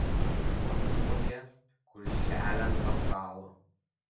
šuo nuvogė kulšelę nuo stalo